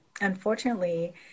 unfortunately